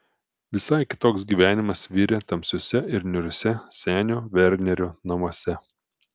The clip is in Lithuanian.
visai kitoks gyvenimas virė tamsiuose ir niūriuose senio vernerio namuose